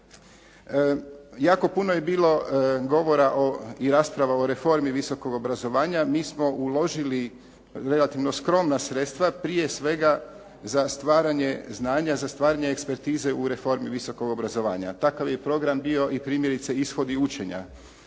Jako puno je bilo govora o i rasprava o reformi visokog obrazovanja. Mi smo uložili relativno skromna sredstva, prije svega za stvaranje znanja, za stvaranje ekspertize u reformi visokog obrazovanja. Takav je program bio i primjerice i ishod i učenja.